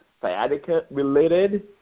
sciatica-related